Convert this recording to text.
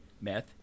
meth